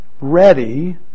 ready